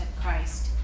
Christ